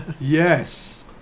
Yes